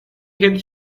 had